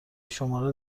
شماره